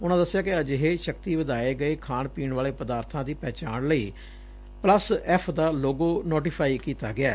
ਉਨਾਂ ਦੱਸਿਆ ਕਿ ਅਜਿਹੇ ਸ਼ਕਤੀ ਵਧਾਏ ਗਏ ਖਾਣ ਪੀਣ ਵਾਲੇ ਪਦਾਰਬਾਂ ਦੀ ਪਹਿਚਾਣ ਲਈ ਪਲੱਸ ਐਫ ਦਾ ਲੌਗੋ ਨੋਟੀਫਾਈ ਕੀਂਤਾ ਗਿਐ